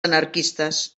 anarquistes